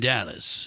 Dallas